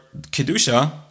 Kedusha